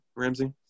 Ramsey